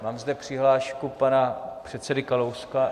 Mám zde přihlášku pana předseda Kalouska...